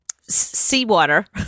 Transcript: seawater